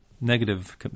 negative